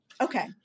Okay